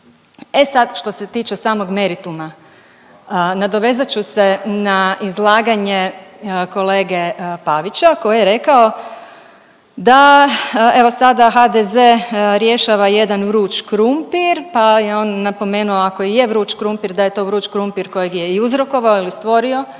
E sad što se tiče samog merituma. Nadovezat ću se na izlaganje kolege Pavića koji je rekao da evo sada HDZ rješava jedan vruć krumpir, pa je on napomenuo ako i je vruć krumpir da je to vruć krumpir kojeg je i uzrokovao ili stvorio